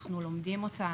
אנחנו לומדים אותה,